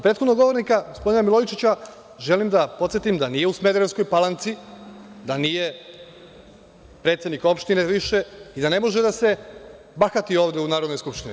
Prethodnog govornika, gospodina Milojičića želim da podsetim da nije u Smederevskoj Palanci, da nije predsednik opštine više i da ne može da se bahati ovde u Narodnoj skupštini.